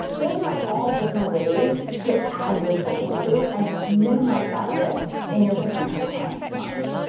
those are all different ways to add your social proof and minimize that risk in your potential client's mind.